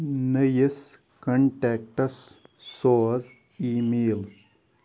نٔیِس کنٹٮ۪کٹَس سوز اِی میل